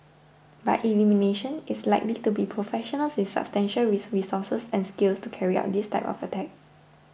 by elimination it's likely to be professionals with substantial resources and skills to carry out this type of attack